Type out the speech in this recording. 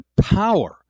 power